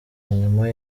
nyuma